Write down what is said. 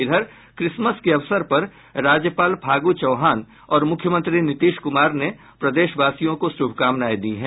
इधर क्रिसमस के अवसर पर राज्यपाल फागू चौहान और मुख्यमंत्री नीतीश कुमार ने प्रदेशवासियों को शुभकामनाएं दी हैं